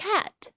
Cat